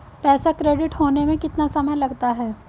पैसा क्रेडिट होने में कितना समय लगता है?